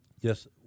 Yes